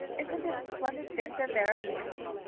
isn't it a splendid thing that there are mornings?